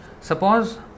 Suppose